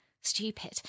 Stupid